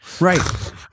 Right